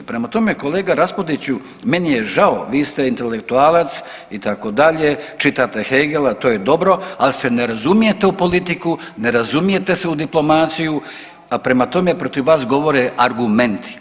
Prema tome, kolega Raspudiću meni je žao, vi ste intelektualac itd., čitate Hegela, to je dobro, ali se ne razumijete u politiku, ne razumijete se u diplomaciju, pa prema tome protiv vas govore argumenti.